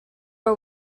are